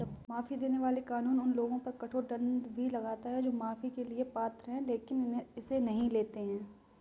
माफी देने वाला कानून उन लोगों पर कठोर दंड भी लगाता है जो माफी के लिए पात्र हैं लेकिन इसे नहीं लेते हैं